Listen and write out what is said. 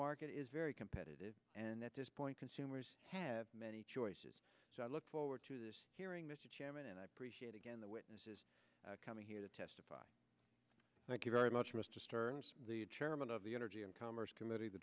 market is very competitive and at this point consumers have many choices so i look forward to this hearing mr chairman and i appreciate again the witnesses coming here to testify thank you very much mr stern the chairman of the energy and commerce committee the